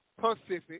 Pacific